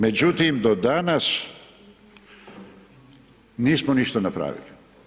Međutim, do danas nismo ništa napravili.